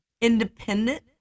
independent